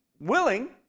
willing